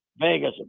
Vegas